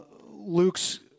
Luke's